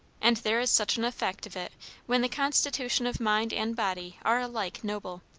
and there is such an effect of it when the constitution of mind and body are alike noble.